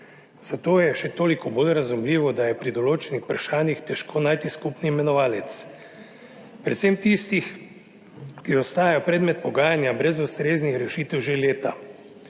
zato je še toliko bolj razumljivo, da je pri določenih vprašanjih težko najti skupni imenovalec, predvsem pri tistih, ki ostajajo predmet pogajanja brez ustreznih rešitev že leta.